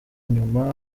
inyuma